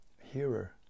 hearer